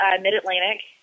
Mid-Atlantic